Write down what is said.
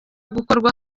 gukorwa